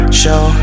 show